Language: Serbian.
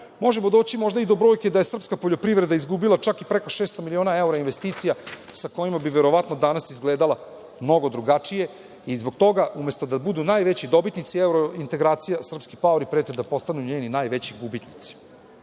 možemo doći možda i do brojke da je srpska poljoprivreda izgubila čak i preko šest miliona evra investicija sa kojima bi verovatno danas izgledala mnogo drugačije i zbog toga, umesto da budu najveći dobitnici evro integracija, srpski paori prete da postanu njeni najveći gubitnici. Korisno